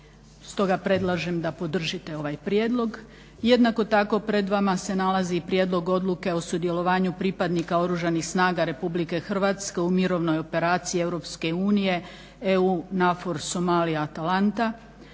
Stoga predlažem da podržite ovaj prijedlog. Jednako tako pred vama se nalazi i Prijedlog odluke o sudjelovanju pripadnika Oružanih snaga RH u mirovnoj operaciji EU "EU NAVFOR SOMALIJA